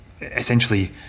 essentially